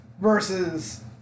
versus